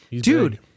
Dude